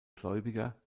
gläubiger